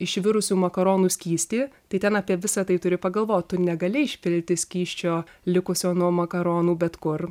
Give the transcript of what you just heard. išvirusių makaronų skystį tai ten apie visa tai turi pagalvot tu negali išpilti skysčio likusio nuo makaronų bet kur